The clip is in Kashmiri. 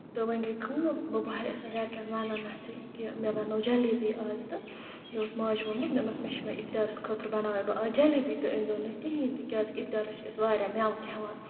تہٕ وۄنۍ گے کٲم بہٕ بَہریٚیَس نہٕ گرکین وَننَسے کہِ مےٚ بَنٲو جلیبی آز تہٕ مےٚ اوس ماجہِ ووٚنمُت مےٚ ووٚنمَس مےٚ چھ مےٚ افتِیارَس خٲطرٕ بَناوے بہٕ آز جلیبی تُہۍ أنۍزیو نہٕ کِہینۍ تہِ کیازِ کہِ اِفتِیارَس چھِ آز واریاہ میوٕ کھٮ۪وان